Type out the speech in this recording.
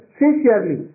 sincerely